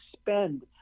spend